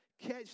Catch